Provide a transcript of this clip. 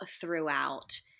throughout